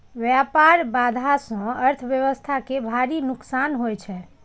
व्यापार बाधा सं अर्थव्यवस्था कें भारी नुकसान होइ छै